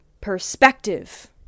perspective